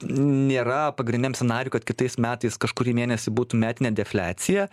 nėra pagrindiniam scenarijuj kad kitais metais kažkurį mėnesį būtų metinė defliacija